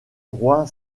roi